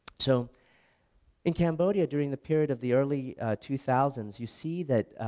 so in cambodia during the period of the early two thousand s you see that